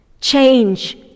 Change